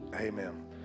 amen